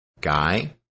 Guy